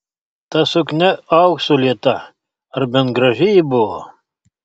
ta suknia auksu lieta ar bent graži ji buvo